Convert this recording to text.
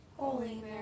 Holy